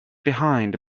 behind